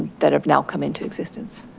that have now come into existence.